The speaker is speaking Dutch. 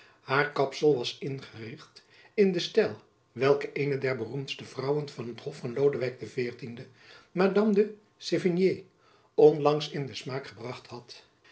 haar kapsel was ingericht in den stijl welken eene der beroemdste vrouwen van het hof van lodewijk xiv madame de sévigné onlangs in den smaak gebracht had